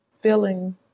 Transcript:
feeling